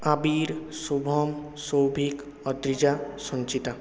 Abir Shubham Souvik Adrija Sanchita